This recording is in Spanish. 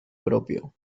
propio